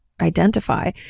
identify